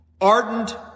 ardent